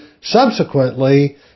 subsequently